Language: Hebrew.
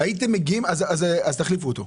אז תחליפו אותו.